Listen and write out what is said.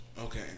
Okay